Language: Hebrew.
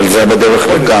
אבל זה היה בדרך לכאן,